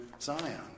Zion